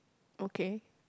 okay